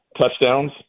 touchdowns